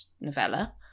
novella